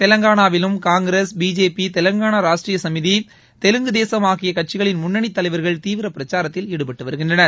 தெலங்கானாவிலும் Congress BJP Telangana Rashtra Samithi Telugu Desam ஆகிய கட்சிகளின் முன்னணி தலைவர்கள் தீவிர பிரச்சாரத்தில் ஈடுபட்டு வருகின்றனர்